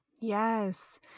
Yes